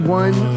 one